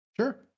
Sure